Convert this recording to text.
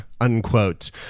unquote